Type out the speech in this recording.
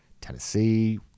Tennessee